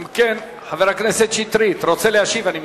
אם כן, חבר הכנסת שטרית רוצה להשיב, אני מבין.